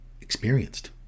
Experienced